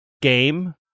game